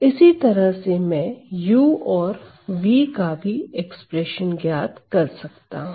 इसी तरह से मैं u और v का भी एक्सप्रेशन ज्ञात कर सकता हूं